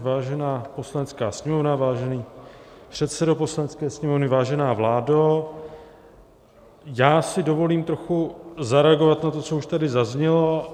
Vážená Poslanecká sněmovno, vážený předsedo Poslanecké sněmovny, vážená vládo, já si dovolím trochu zareagovat na to, co už tady zaznělo.